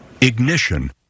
Ignition